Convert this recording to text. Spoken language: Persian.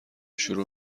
شروع